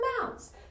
amounts